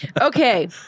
Okay